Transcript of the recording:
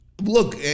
look